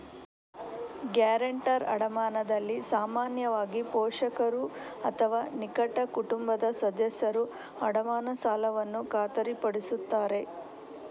guarantor ಅಡಮಾನದಲ್ಲಿ ಸಾಮಾನ್ಯವಾಗಿ, ಪೋಷಕರು ಅಥವಾ ನಿಕಟ ಕುಟುಂಬದ ಸದಸ್ಯರು ಅಡಮಾನ ಸಾಲವನ್ನು ಖಾತರಿಪಡಿಸುತ್ತಾರೆ